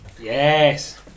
Yes